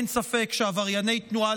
אין ספק שעברייני תנועה,